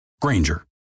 Granger